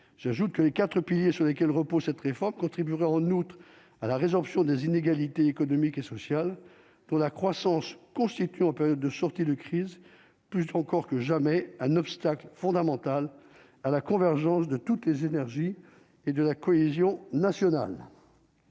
J'ajoute que les 4 piliers sur lesquels repose cette réforme contribuerait en outre à la résorption des inégalités économiques et sociales dont la croissance constitue en période de sortie de crise, plus encore que jamais un obstacle fondamental à la convergence de toutes les énergies et de la cohésion nationale.